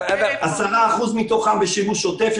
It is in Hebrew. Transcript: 10% מתוכן בשימוש שוטף.